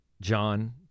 John